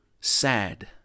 sad